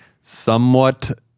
somewhat